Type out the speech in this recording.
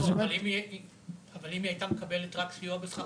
אבל אם היא הייתה מקבלת רק סיוע בשכר דירה.